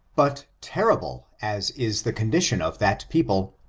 but terrible as is the condition of that people,